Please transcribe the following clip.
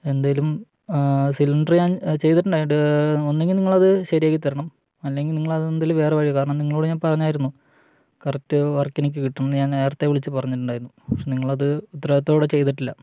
എന്തെങ്കിലും സിലിണ്ടർ ഞാൻ ചെയ്തിട്ടുണ്ടായിരുന്നു ഒന്നുകില് നിങ്ങളത് ശരിയാക്കിത്തരണം അല്ലെങ്കില് നിങ്ങളത് എന്തെങ്കിലും വേറെ വഴി കാരണം നിങ്ങളോട് ഞാൻ പറഞ്ഞായിരുന്നു കറക്റ്റ് വർക്ക് എനിക്ക് കിട്ടണമെന്ന് ഞാൻ നേരത്തെ വിളിച്ച് പറഞ്ഞിട്ടുണ്ടായിരുന്നു പക്ഷെ നിങ്ങളത് ഉത്തരവാദിത്തത്തോടെ ചെയ്തിട്ടില്ല